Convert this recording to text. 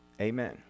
Amen